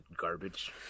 garbage